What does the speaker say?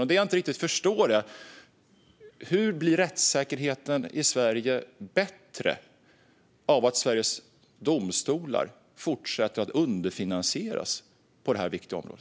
Vad jag inte förstår är hur rättssäkerheten i Sverige blir bättre av att Sveriges Domstolar även i fortsättningen underfinansieras på detta viktiga område.